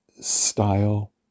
style